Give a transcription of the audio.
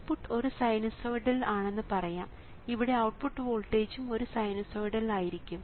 input ഒരു sinusoidal ആണെന്ന് പറയാം ഇവിടെ ഔട്ട്പുട്ട് വോൾട്ടേജും ഒരു സൈനുസോയിടൽ ആയിരിക്കും